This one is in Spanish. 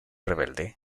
rebelde